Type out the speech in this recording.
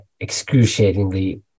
excruciatingly